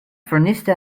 verniste